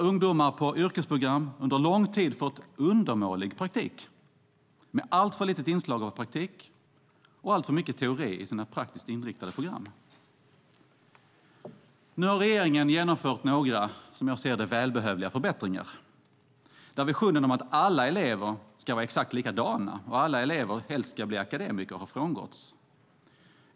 Ungdomar på yrkesprogrammen har under lång tid fått undermålig undervisning med alltför få inslag av praktik och alltför mycket teori i sina praktiskt inriktade program. Nu har regeringen genomfört några, som jag ser det, välbehövliga förbättringar. Visionen om att alla elever ska vara exakt likadana, att alla elever helst ska bli akademiker, har frångåtts.